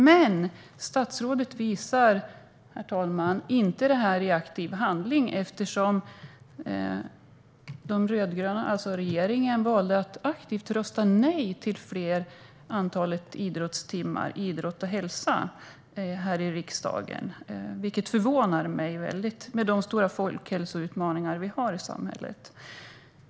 Men statsrådet visar, herr talman, inte det här i aktiv handling, eftersom regeringen valde att aktivt rösta nej här i riksdagen till fler timmar i idrott och hälsa, vilket förvånar mig mycket med tanke på de stora folkhälsoutmaningar vi har i samhället.